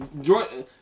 Jordan